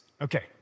Okay